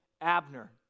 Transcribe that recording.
Abner